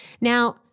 Now